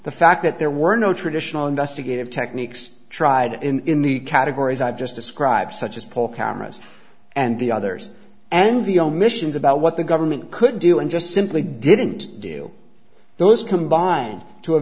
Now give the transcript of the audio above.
the fact that there were no traditional investigative techniques tried in the categories i've just described such as paul cameras and the others and the omissions about what the government could do and just simply didn't do those combined